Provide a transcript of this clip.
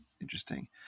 interesting